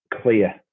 clear